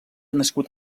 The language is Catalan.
nascut